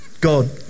God